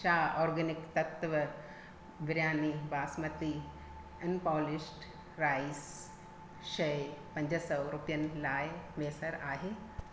छा ऑर्गेनिक तत्त्व biryani basmati unpolished rice शइ पंज सौ रुपियनि लाइ मुयसरु आहे